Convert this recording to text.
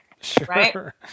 Sure